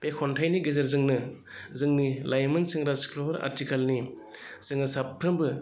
बे खन्थाइनि गेजेरजोंनो जोंनि लाइमोन सेंग्रा सिख्लाफोर आथिखालनि जोङो साफ्रोमबो